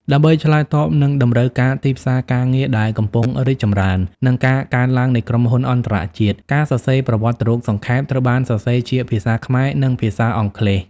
ដើម្បីឆ្លើយតបនឹងតម្រូវការទីផ្សារការងារដែលកំពុងរីកចម្រើន និងការកើនឡើងនៃក្រុមហ៊ុនអន្តរជាតិ ការសរសេរប្រវត្តិរូបសង្ខេប ត្រូវបានសរសេរជាភាសាខ្មែរ និងភាសាអង់គ្លេស។